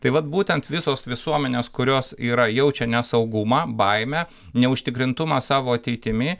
tai vat būtent visos visuomenės kurios yra jaučia nesaugumą baimę neužtikrintumą savo ateitimi